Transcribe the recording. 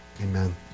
amen